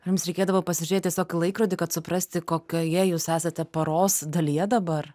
ar jums reikėdavo pasižiūrėt tiesiog į laikrodį kad suprasti kokioje jūs esate paros dalyje dabar